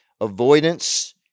avoidance